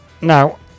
Now